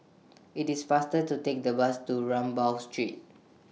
IT IS faster to Take The Bus to Rambau Street